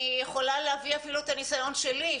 אני יכולה להביא אפילו את הניסיון שלי,